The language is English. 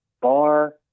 bar